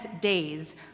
days